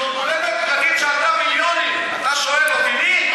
יום הולדת פרטי שעלתה מיליונים, אתה שואל אותי מי?